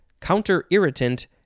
counter-irritant